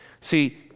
See